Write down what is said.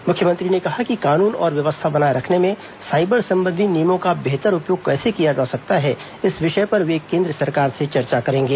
मुख्यमंत्री ने कहा कि कानून और व्यवस्था बनाए रखने में साइबर संबंधी नियमों का बेहतर उपयोग कैसे किया जा सकता है इस विषय पर वे केन्द्र सरकार से चर्चा करेंगे